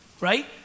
right